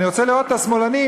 אני רוצה לראות את השמאלנים,